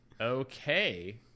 Okay